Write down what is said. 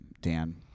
Dan